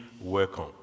welcome